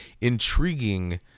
intriguing